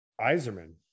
Iserman